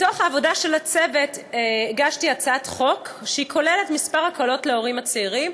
מתוך העבודה של הצוות הגשתי הצעת חוק שכוללת כמה הקלות להורים הצעירים,